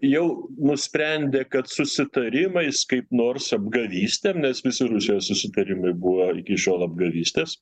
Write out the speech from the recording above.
jau nusprendė kad susitarimais kaip nors apgavystėm nes visi rusijos susitarimai buvo iki šiol apgavystės